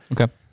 Okay